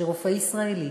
שרופא ישראלי,